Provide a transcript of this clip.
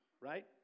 right